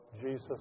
Jesus